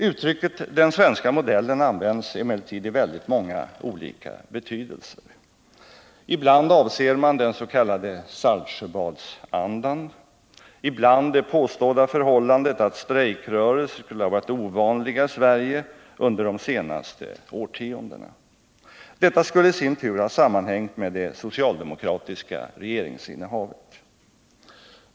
Uttrycket ”den svenska modellen” används emellertid i väldigt många olika betydelser. Ibland avser man den s.k. Saltsjöbadsandan, ibland det påstådda förhållandet att strejkrörelser skulle ha varit ovanliga i Sverige under de senaste årtiondena. Detta skulle i sin tur ha sammanhängt med det socialdemokratiska regeringsinnehavet.